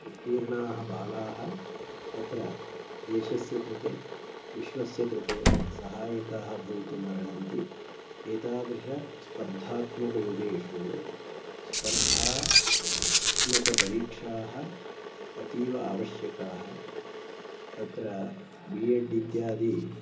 उत्तीर्णाः बालाः तत्र देशस्य कृते विश्वस्य कृते सहायकाः भवितुम् अर्हन्ति एतादृशस्पर्धात्मकयुगेषु स्पर्धात्मकपरीक्षाः अतीव आवश्यकाः तत्र बि एड् इत्यादयः